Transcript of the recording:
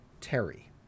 Terry